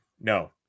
No